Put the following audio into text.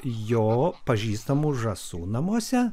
jo pažįstamų žąsų namuose